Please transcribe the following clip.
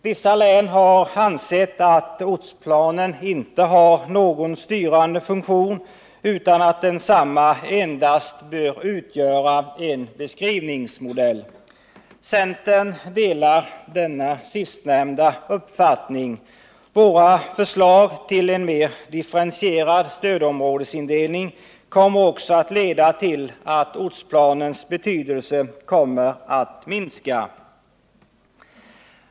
Vissa län har ansett att ortsplanen inte har någon styrande funktion utan att densamma endast bör utgöra en beskrivningsmodell. Centern delar denna sistnämnda uppfattning. Våra förslag till en mer differentierad stödområdesindelning kommer också att leda till att ortsplanens betydelse minskar.